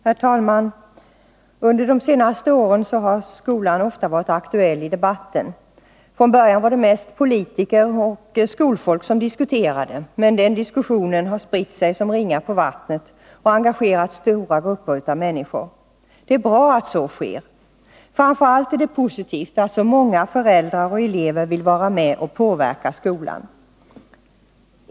Herr talman! Under de senaste åren har skolan ofta varit aktuell i debatten. Från början var det mest politiker och skolfolk som diskuterade, men den diskussionen har spritt sig som ringar på vattnet och engagerar nu stora grupper av människor. Det är bra att så sker. Framför allt är det positivt att så många föräldrar och elever vill vara med och påverka skolan.